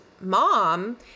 mom